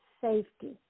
safety